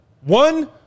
One